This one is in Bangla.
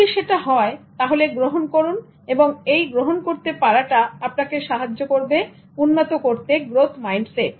যদি সেটা হয় তাহলে গ্রহণ করুন এখন এই গ্রহণ করতে পারাটা আপনাকে সাহায্য করবে উন্নত করতে গ্রোথ মাইন্ডসেট